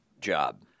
job